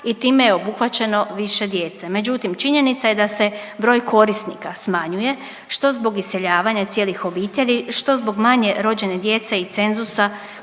i time je obuhvaćeno više djece. Međutim činjenica je da se broj korisnika smanjuje što zbog iseljavanja cijelih obitelji, što zbog manje rođene djece i cenzusa